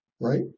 Right